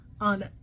on